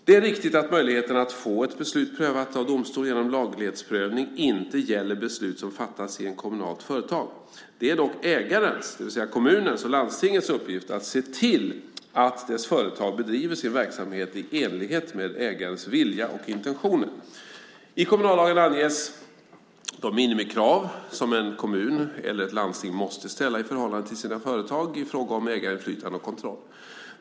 Det är riktigt att möjligheten att få ett beslut prövat av domstol genom laglighetsprövning inte gäller beslut som fattas i ett kommunalt företag. Det är dock ägarens, det vill säga kommunens eller landstingets, uppgift att se till att dess företag bedriver sin verksamhet i enlighet med ägarens vilja och intentioner. I kommunallagen anges de minimikrav som en kommun eller ett landsting måste ställa i förhållande till sina företag i fråga om ägarinflytande och kontroll.